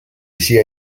sia